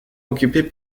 occupée